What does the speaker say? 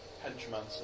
henchman